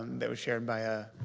um that was shared by ah